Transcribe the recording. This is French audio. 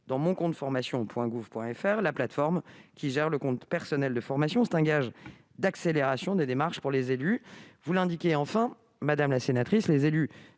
dans moncompteformation.gouv.fr, la plateforme qui gère le compte personnel de formation. C'est un gage d'accélération des démarches pour les élus. Vous l'indiquez enfin, madame la sénatrice, les élus